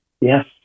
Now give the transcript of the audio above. Yes